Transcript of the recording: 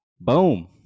Boom